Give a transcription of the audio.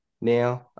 now